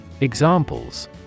Examples